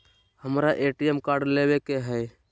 हमारा ATM card लेव के हई